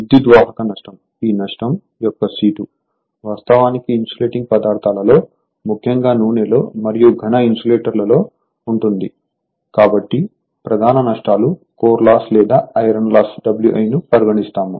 విద్యుద్వాహక నష్టం ఈ నష్టం యొక్క సీటు వాస్తవానికి ఇన్సులేటింగ్ పదార్థాలలో ముఖ్యంగా నూనెలో మరియు ఘన ఇన్సులేటర్ లలో ఉంటుంది కాబట్టి ప్రధాన నష్టాలు కోర్ లాస్ లేదా ఐరన్ లాస్ Wi ను పరిగణిస్తాము